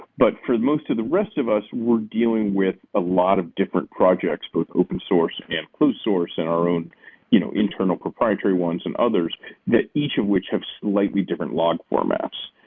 but for most of the rest of us, we're dealing with a lot of different projects both open-source and close-source in our own you know internal proprietary ones and others that each of which have slightly different log formats.